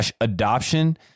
adoption